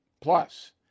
Plus